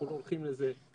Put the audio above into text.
אנחנו לא הולכים לזה,